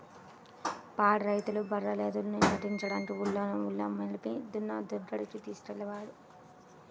పాడి రైతులు బర్రెలు, ఎద్దుల్ని కట్టించడానికి ఊల్లోనే ఉన్న మేలిమి దున్న దగ్గరికి తీసుకెళ్ళేవాళ్ళు